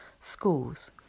schools